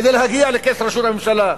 כדי להגיע לכס ראשות הממשלה,